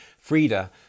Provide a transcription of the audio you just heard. Frida